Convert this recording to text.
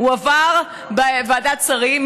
הוא עבר בוועדת שרים,